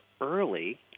early